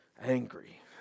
angry